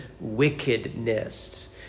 wickedness